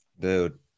Dude